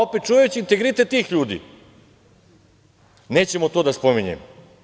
Opet čuvajući integritet tih ljudi, nećemo to da spominjemo.